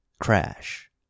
crash